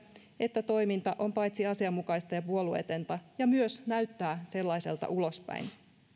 että toiminta on paitsi asianmukaista myös puolueetonta ja myös näyttää sellaiselta ulospäin